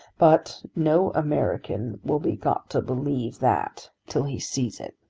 but no american will be got to believe that till he sees it.